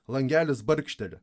langelis barkšteli